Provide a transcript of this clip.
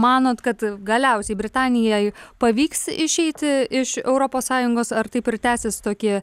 manot kad galiausiai britanijai pavyks išeiti iš europos sąjungos ar taip ir tęsis tokie